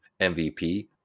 MVP